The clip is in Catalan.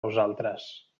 nosaltres